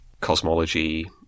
cosmology